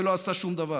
ולא עשה שום דבר.